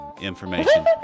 information